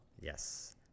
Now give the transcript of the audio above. Yes